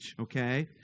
okay